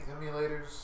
emulators